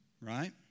Right